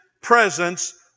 presence